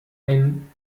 ein